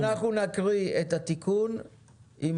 נקרא את התיקון עם